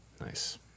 Nice